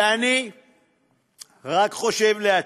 ואני רק חושב לעצמי,